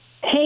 Hey